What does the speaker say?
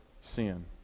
sin